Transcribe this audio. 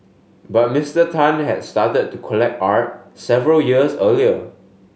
but Mister Tan had started to collect art several years earlier